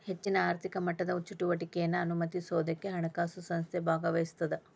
ಹೆಚ್ಚಿನ ಆರ್ಥಿಕ ಮಟ್ಟದ ಚಟುವಟಿಕೆನಾ ಅನುಮತಿಸೋದಕ್ಕ ಹಣಕಾಸು ಸಂಸ್ಥೆ ಭಾಗವಹಿಸತ್ತ